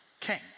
King